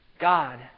God